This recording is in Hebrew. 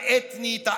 האתנית,